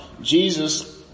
Jesus